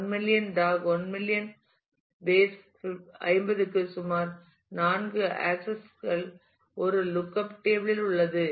1 million log 1 million base 50 க்கு சுமார் 4 node access கள் ஒரு லுக்அப் டேபிள் இல் உள்ளது